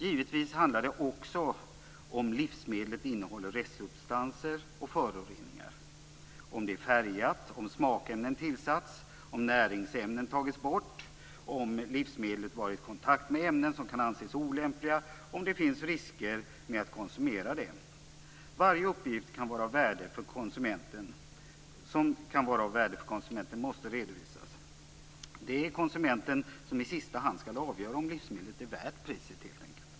Givetvis handlar det också om ifall livsmedlet innehåller restsubstanser och föroreningar, om det är färgat, om smakämnen har tillsatts, om näringsämnen tagits bort, om livsmedlet varit i kontakt med ämnen som kan anses olämpliga och om det finns risker med att konsumera det. Varje uppgift som kan vara av värde för konsumenten måste redovisas. Det är konsumenten som i sista hand skall avgöra om livsmedlet är värt priset helt enkelt.